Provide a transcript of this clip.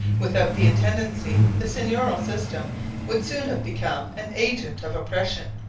without the intendancy the seigneurial system would soon have become an agent of oppression,